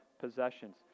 possessions